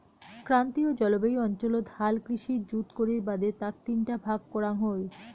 ক্রান্তীয় জলবায়ু অঞ্চলত হাল কৃষি জুত করির বাদে তাক তিনটা ভাগ করাং হই